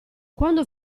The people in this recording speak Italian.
quando